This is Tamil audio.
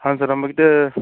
ஆ சார் நம்மகிட்டே